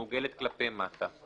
מעוגלת כלפי מטה,